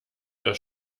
das